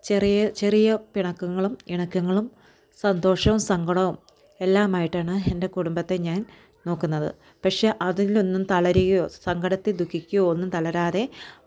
ചെറിയ ചെറിയ പിണക്കങ്ങളും ഇണക്കങ്ങളും സന്തോഷവും സങ്കടോം എല്ലാം ആയിട്ടാണ് എന്റെ കുടുംബത്തെ ഞാൻ നോക്കുന്നത് പക്ഷേ അതിൽ ഒന്നും തളരുകയോ സങ്കടത്തിൽ ദുഖിക്കുകയോ ഒന്നും തളരാതെ